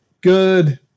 good